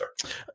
sir